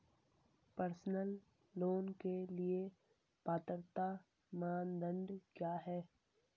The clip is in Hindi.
पर्सनल लोंन के लिए पात्रता मानदंड क्या हैं?